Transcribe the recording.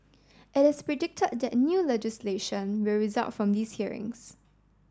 it is predicted that new legislation will result from these hearings